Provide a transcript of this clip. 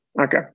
Okay